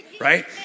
right